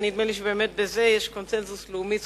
ונדמה לי שבאמת בזה יש קונסנזוס לאומי.